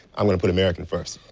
i'm goi to put american first.